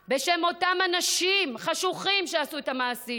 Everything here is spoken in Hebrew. בשם אותם אנשים חשוכים שעשו את המעשים.